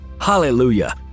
hallelujah